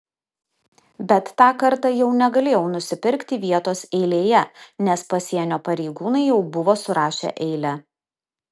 bet tą kartą jau negalėjau nusipirkti vietos eilėje nes pasienio pareigūnai jau buvo surašę eilę